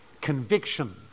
conviction